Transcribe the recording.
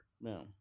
No